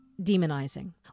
demonizing